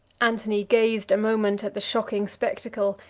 antony gazed a moment at the shocking spectacle,